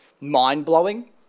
mind-blowing